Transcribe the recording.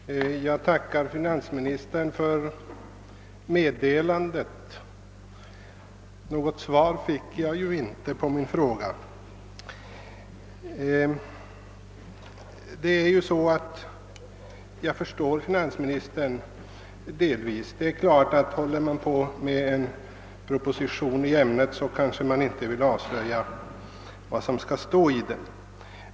Herr talman! Jag tackar finansministern för meddelandet — något svar fick jag ju inte på min interpellation. Jag förstår delvis finansministern — arbetar man med en proposition i ett ämne, så kanske man inte vill avslöja vad som skall stå i den.